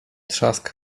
trzask